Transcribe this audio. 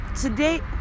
today